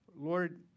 Lord